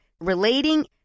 relating